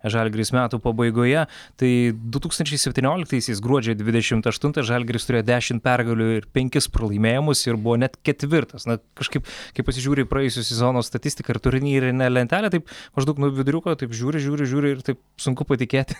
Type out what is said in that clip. žalgiris metų pabaigoje tai du tūkstančiai septynioliktaisiais gruodžio dvidešimt aštuntą žalgiris turėjo dešim pergalių ir penkis pralaimėjimus ir buvo net ketvirtas na kažkaip kai pasižiūri į praėjusio sezono statistiką ir turnyrinę lentelę tai maždaug nuo viduriuko taip žiūri žiūri žiūri ir taip sunku patikėti